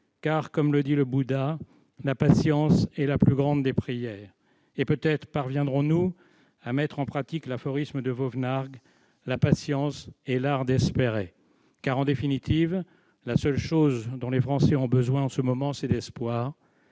car, comme le dit le Bouddha, « la patience est la plus grande des prières ». Peut-être même parviendrons-nous à mettre en pratique cet aphorisme de Vauvenargues :« La patience est l'art d'espérer. » Car, en définitive, la seule chose dont les Français aient besoin en ce moment, c'est l'espoir.